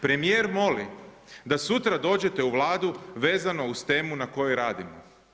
Premijer moli da sutra dođete u Vladu vezano uz temu na kojoj radimo.